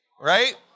right